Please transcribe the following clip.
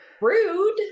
Rude